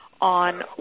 On